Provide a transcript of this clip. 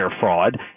fraud